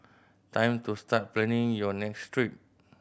time to start planning your next trip